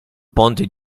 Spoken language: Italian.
ponte